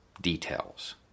details